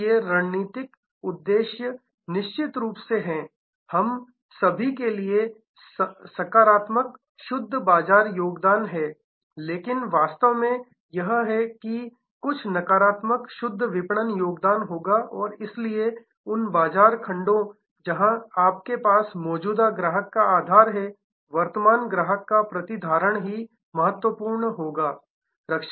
इसलिए रणनीतिक उद्देश्य निश्चित रूप से है हम सभी के लिए सकारात्मक शुद्ध बाजार योगदान है लेकिन वास्तव में यह है कि कुछ नकारात्मक शुद्ध विपणन योगदान होगा और इसलिए उन बाजार खंडों जहां आपके पास मौजूदा ग्राहक का आधार है वर्तमान ग्राहक का प्रतिधारण ही महत्वपूर्ण है